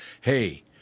hey